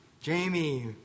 Jamie